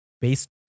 based